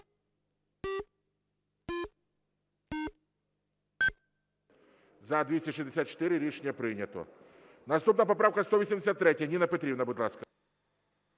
За-264 Рішення прийнято. Наступна поправка 183. Ніно Петрівно, будь ласка.